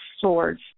swords